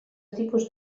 tipus